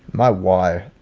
my why.